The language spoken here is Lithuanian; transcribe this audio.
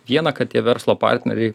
viena kad tie verslo partneriai